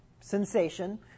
sensation